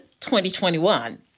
2021